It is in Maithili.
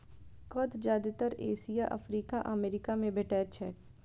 कंद जादेतर एशिया, अफ्रीका आ अमेरिका मे भेटैत छैक